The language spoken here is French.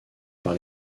par